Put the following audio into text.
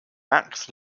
max